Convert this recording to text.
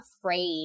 afraid